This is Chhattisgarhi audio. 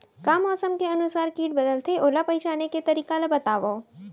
का मौसम के अनुसार किट बदलथे, ओला पहिचाने के तरीका ला बतावव?